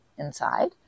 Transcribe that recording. inside